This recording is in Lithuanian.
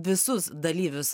visus dalyvius